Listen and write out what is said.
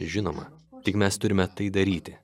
žinoma tik mes turime tai daryti